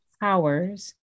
powers